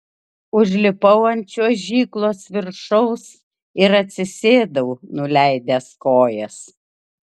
užlipau ant čiuožyklos viršaus ir atsisėdau nuleidęs kojas